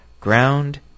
Ground